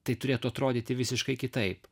tai turėtų atrodyti visiškai kitaip